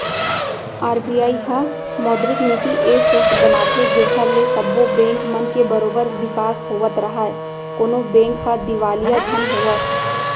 RBI ह मौद्रिक नीति ए सोच बनाथे जेखर ले सब्बो बेंक मन के बरोबर बिकास होवत राहय कोनो बेंक ह दिवालिया झन होवय